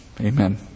Amen